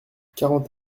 quarante